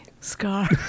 scar